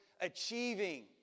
achieving